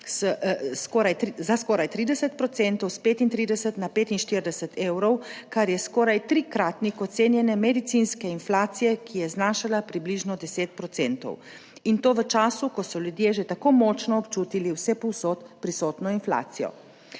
za skoraj 30 procentov, s 35 na 45 evrov, kar je skoraj trikratnik ocenjene medicinske inflacije, ki je znašala približno 10 procentov in to v času, ko so ljudje že tako močno občutili vsepovsod prisotno inflacijo.